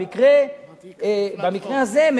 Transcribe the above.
במקרה הזה,